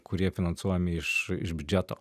kurie finansuojami iš iš biudžeto